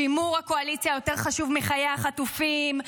שימור הקואליציה יותר חשוב מחיי החטופים,